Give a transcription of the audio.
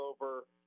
over –